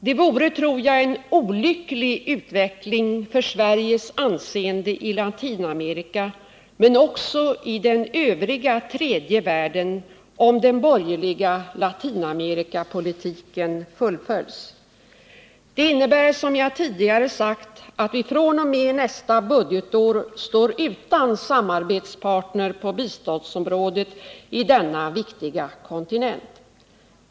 Det vore, tror jag, en olycklig utveckling för Sveriges anseende i Latinamerika, men också i den övriga tredje världen, om den borgerliga Latinamerikapolitiken fullföljs. Den innebär, som jag tidigare sagt, att vi fr.o.m. nästa budgetår står utan samarbetspartner på biståndsområdet på denna viktiga kontinent.